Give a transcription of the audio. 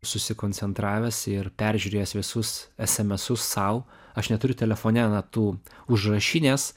susikoncentravęs ir peržiūrėjęs visus esemesus sau aš neturiu telefone na tų užrašinės